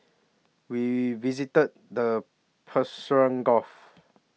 we visited the Persian Gulf